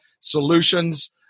Solutions